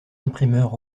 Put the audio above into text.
imprimeurs